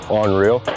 unreal